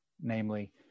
namely